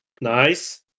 Nice